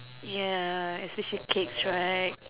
ya especially cakes right